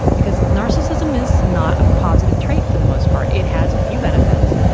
because narcissism is not a positive trait for the most part. it has a few benefits.